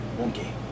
monkey